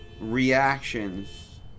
reactions